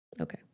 Okay